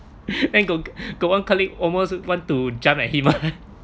then got got one colleague almost want to jump at him lah